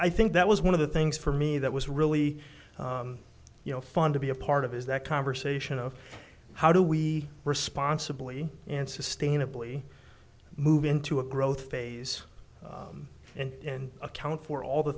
think that was one of the things for me that was really you know fun to be a part of is that conversation of how do we responsibly and sustainably move into a growth phase and account for all the